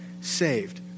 saved